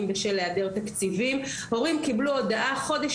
אם בשל העדר תקציבים הורים קיבלו הודעה חודש